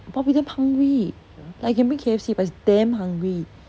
but I'll be damn hungry like you can bring K_F_C but it's damn hungry